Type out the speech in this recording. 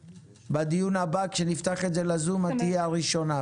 בדיון הבא כשנפתח את זה לזום תהיי הראשונה.